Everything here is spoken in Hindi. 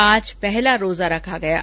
आज पहला रोजा रखा गया है